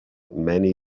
many